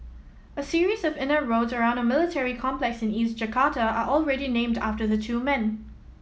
a series of inner roads around a military complex in East Jakarta are already named after the two men